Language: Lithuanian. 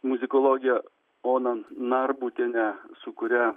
muzikologę oną narbutienę su kuria